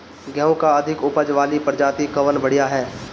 गेहूँ क अधिक ऊपज वाली प्रजाति कवन बढ़ियां ह?